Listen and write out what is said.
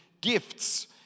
gifts